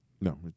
No